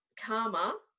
karma